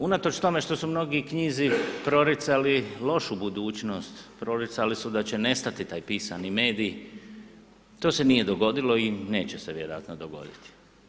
Unatoč tome što su mnogi knjizi proricali lošu budućnost, proricali su da će nestati taj pisani medij, to se nije dogodilo i neće se vjerojatno dogoditi.